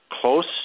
close